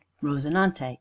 Rosinante